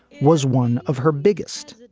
was one of her biggest.